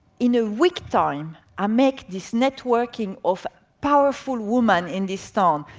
in a weeks time, i made this networking of powerful women in this town.